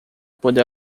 pode